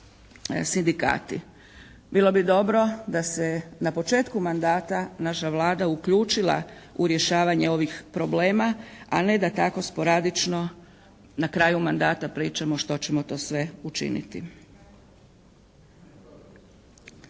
Bilo bi dobro da se na početku mandata naša Vlada uključila u rješavanje ovih problema, a ne da tako sporadično na kraju mandata pričamo što ćemo to sve učiniti.